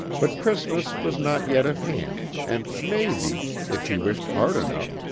but christmas was not yet at hand and, maybe, if he wished hard enough,